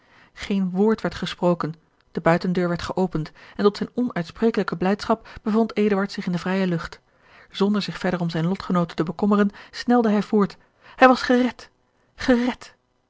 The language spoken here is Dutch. geen woord werd gesproken de buitendeur werd geopend en tot zijne onuitsprekelijke blijdschap bevond eduard zich in de vrije lucht zonder zich verder om zijne lotgenooten te bekommeren snelde hij voort hij was gered